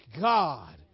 God